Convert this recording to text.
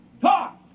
Talk